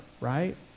right